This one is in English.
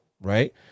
right